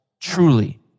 Truly